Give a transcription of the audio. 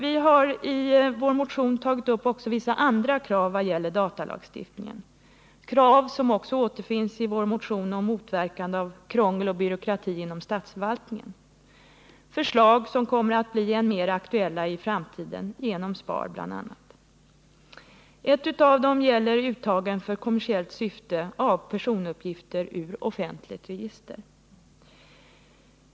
Vi har i vår motion också tagit upp vissa andra krav vad det gäller datalagstiftningen — krav som också återfinns i vår motion om motverkande av krångel och byråkrati inom statsförvaltningen, förslag som kommer att bli än mer aktuella i framtiden genom bl.a. SPAR. Ett av dem gäller uttagning i kommersiellt syfte av personuppgifter ur offentligt register.